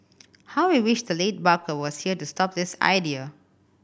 how we wish the late Barker was here to stop this idea